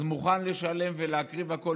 אז מוכן לשלם ולהקריב הכול,